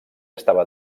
estava